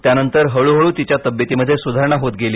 त्यानंतर हळूहळू तिच्या तब्येतीमध्ये सुधारणा होत गेली